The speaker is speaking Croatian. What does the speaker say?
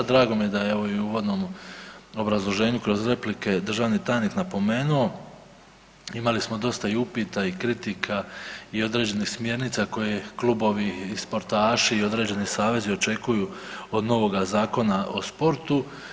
Drago mi je da je evo i u uvodnom obrazloženju kroz replike državni tajnik napomenuo, imali smo dosta i upita i kritika i određenih smjernica koje klubovi i sportaši i određeni savezi očekuju od novoga Zakona o sportu.